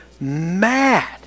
mad